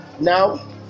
Now